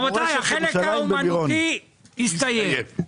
רבותיי, החלק האמנותי הסתיים.